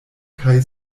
kaj